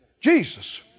Jesus